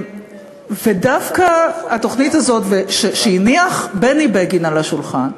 ודווקא התוכנית הזאת, שהניח בני בגין על השולחן,